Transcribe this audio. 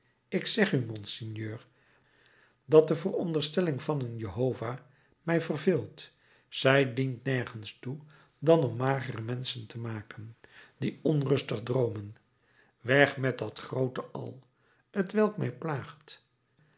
ik zeg u monseigneur dat de veronderstelling van een jehovah mij verveelt zij dient nergens toe dan om magere menschen te maken die onrustig droomen weg met dat groote al t welk mij plaagt